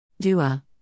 Dua